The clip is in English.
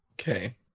Okay